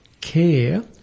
care